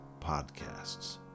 Podcasts